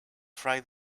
fry